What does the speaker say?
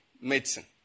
medicine